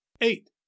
eight